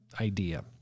idea